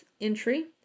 entry